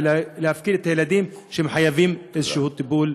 ולהפקיר את הילדים שחייבים איזשהו טיפול,